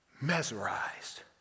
mesmerized